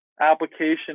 application